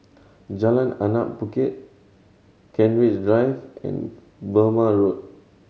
Jalan Anak Bukit Kent Ridge Drive and Burmah Road